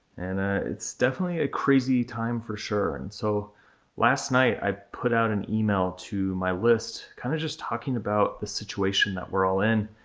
and ah it's definitely a crazy time for sure, and so last night i put out an email to my list, kinda just talking about the situation that we're all in.